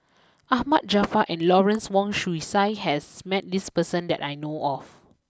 Ahmad Jaafar and Lawrence Wong Shyun Tsai has met this person that I know of